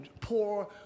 poor